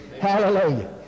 Hallelujah